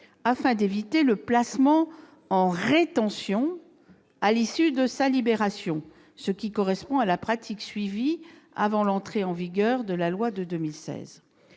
afin d'éviter le placement en rétention à l'issue de sa libération, ce qui correspondait à la pratique suivie avant l'entrée en vigueur de la loi de 2016.